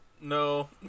No